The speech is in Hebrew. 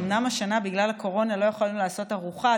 אומנם השנה בגלל הקורונה לא יכולנו לעשות ארוחה.